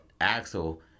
Axel